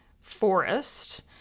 forest